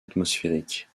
atmosphérique